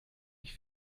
ich